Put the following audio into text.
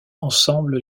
ensemble